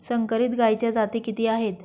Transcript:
संकरित गायीच्या जाती किती आहेत?